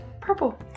Purple